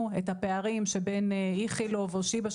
בו - את הפערים שבין איכילוב או שיבא,